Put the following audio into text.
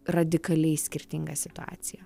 radikaliai skirtinga situacija